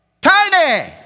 Tiny